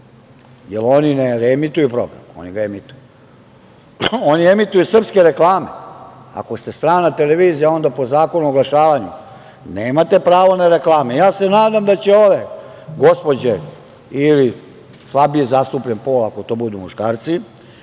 jer oni ne reemituju program, oni ga emituju. Oni emituju srpske reklame, ako ste strana televizija, onda po Zakonu o oglašavanju nemate pravo na reklame. Ja se nadam da će ove gospođe ili slabije zastupljen pol, ako to budu muškarci,